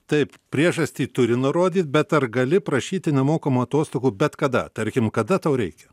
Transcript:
taip priežastį turi nurodyt bet ar gali prašyti nemokamų atostogų bet kada tarkim kada tau reikia